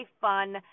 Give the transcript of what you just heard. fun